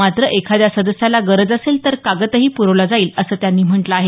मात्र एखाद्या सदस्याला गरज असेल तर कागदही प्रवला जाईल असं त्यांनी म्हटलं आहे